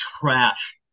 trash